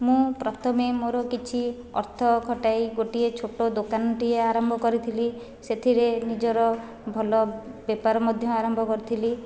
ମୁଁ ପ୍ରଥମେ ମୋର କିଛି ଅର୍ଥ ଖଟାଇ ଗୋଟିଏ ଛୋଟ ଦୋକାନଟିଏ ଆରମ୍ଭ କରିଥିଲି ସେଥିରେ ନିଜର ଭଲ ବେପାର ମଧ୍ୟ ଆରମ୍ଭ କରିଥିଲି